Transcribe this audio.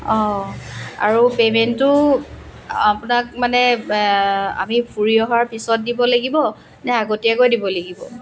অঁ আৰু পে'মেণ্টটো আপোনাক মানে আমি ফুৰি অহাৰ পিছত দিব লাগিব নে আগতীয়াকৈ দিব লাগিব